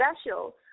special